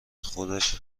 خودش